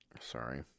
Sorry